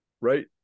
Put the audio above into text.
right